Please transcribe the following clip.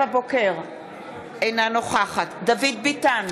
אינה נוכחת דוד ביטן,